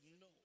no